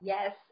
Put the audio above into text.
Yes